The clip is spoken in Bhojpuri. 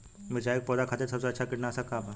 मिरचाई के पौधा खातिर सबसे अच्छा कीटनाशक का बा?